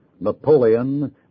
Napoleon